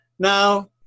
now